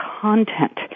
content